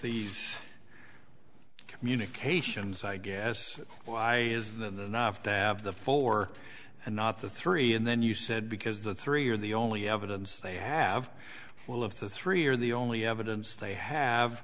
these communications i guess why is the nuff to have the four and not the three and then you said because the three are the only evidence they have all of the three are the only evidence they have